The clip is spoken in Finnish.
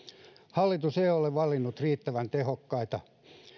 hallitus ei ole valinnut riittävän tehokkaita